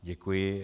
Děkuji.